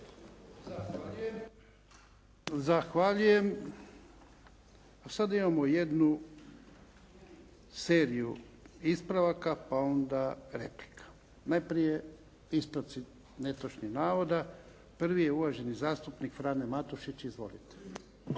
Zahvaljujem. A sada imamo jednu seriju ispravaka, pa onda replika. Najprije ispravci netočnih navoda. Prvi je uvaženi zastupnik Frane Matušić. Izvolite.